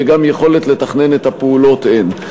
וגם יכולת לתכנן את הפעולות אין.